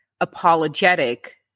apologetic